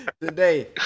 today